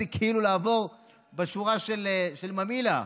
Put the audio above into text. זה כאילו לעבור בשורה של ממילא,